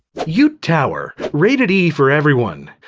yoot tower, rated e for everyone.